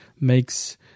makes